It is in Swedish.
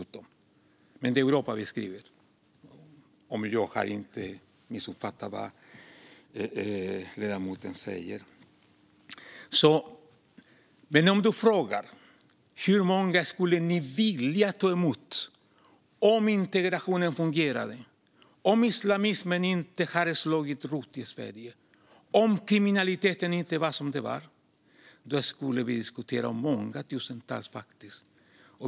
Det står alltså Europa på vår hemsida, men jag kanske missuppfattade det du sa. Om du i stället frågar hur många vi skulle vilja ta emot om integrationen fungerade, om islamismen inte hade slagit rot i Sverige och om kriminaliteten inte såg ut som den gör är svaret att vi skulle diskutera många tusental.